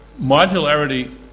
modularity